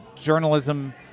journalism